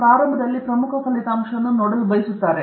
ಅವರು ಪ್ರಾರಂಭದಲ್ಲಿ ಪ್ರಮುಖ ಫಲಿತಾಂಶವನ್ನು ನೋಡಲು ಬಯಸುತ್ತಾರೆ